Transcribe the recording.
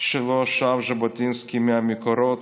שלו שאב ז'בוטינסקי מהמקורות,